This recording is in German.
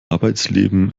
arbeitsleben